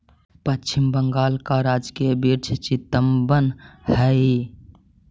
पश्चिम बंगाल का राजकीय वृक्ष चितवन हई